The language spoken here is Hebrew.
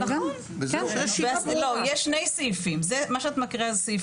לא, יש שני סעיפים זה מה שאת מקריאה זה סעיף א'.